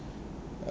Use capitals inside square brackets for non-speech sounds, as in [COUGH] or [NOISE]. [BREATH]